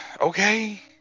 Okay